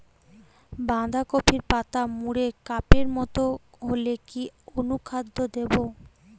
বাঁধাকপির পাতা মুড়ে কাপের মতো হলে কি অনুখাদ্য দেবো?